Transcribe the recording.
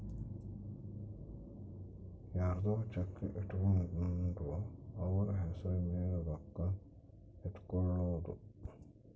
ಯರ್ದೊ ಚೆಕ್ ಇಟ್ಕೊಂಡು ಅವ್ರ ಹೆಸ್ರ್ ಮೇಲೆ ರೊಕ್ಕ ಎತ್ಕೊಳೋದು